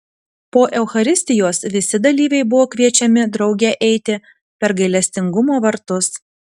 po eucharistijos visi dalyviai buvo kviečiami drauge eiti per gailestingumo vartus